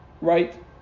right